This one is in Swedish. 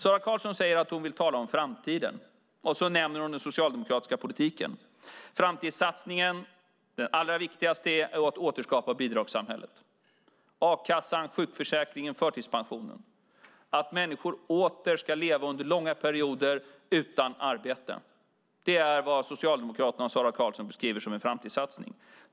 Sara Karlsson säger att hon vill tala om framtiden, och så nämner hon den socialdemokratiska politiken. Den allra viktigaste framtidssatsningen är att återskapa bidragssamhället, a-kassan, sjukförsäkringen och förtidspensionen - att människor åter under långa perioder ska leva utan arbete. Det är vad Socialdemokraterna och Sara Karlsson beskriver som en framtidssatsning.